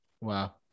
Wow